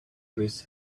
miss